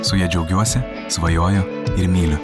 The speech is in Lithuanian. su ja džiaugiuosi svajoju ir myliu